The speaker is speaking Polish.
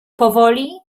powoli